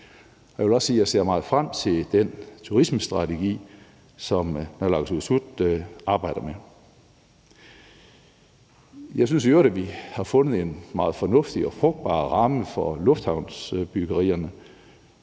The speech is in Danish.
Jeg vil også sige, at jeg ser meget frem til den turismestrategi, som naalakkersuisut arbejder med. Jeg synes i øvrigt også, at vi har fundet en meget fornuftig og frugtbar ramme for lufthavnsbyggerierne